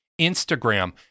Instagram